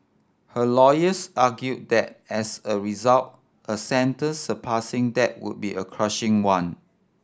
her lawyers argued that as a result a sentence surpassing that would be a crushing one